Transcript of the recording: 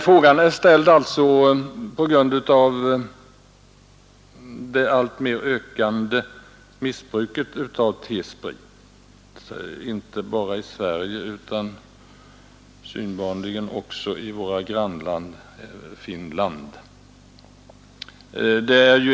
Frågan är emellertid ställd på grund av det alltmer ökande missbruket av T-sprit, inte bara i Sverige, utan synbarligen också i vårt grannland Finland.